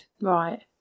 Right